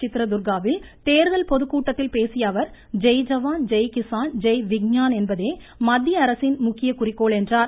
சித்ரதுர்காவில் தேர்தல் பொதுக்கூட்டத்தில் பேசியஅவர் ஜெய் ஜவான் ஜெய் கிஸான் ஜெய் விக்ஞான் என்பதே மத்தியஅரசின் முக்கிய குறிக்கோள் என்றார்